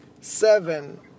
seven